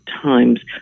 times